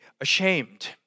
ashamed